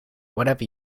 whatever